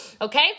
Okay